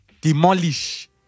demolish